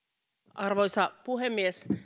arvoisa puhemies puheenvuoroissa